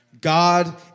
God